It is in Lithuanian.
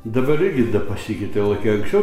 dabar irgi pasikeitė laikai anksčiau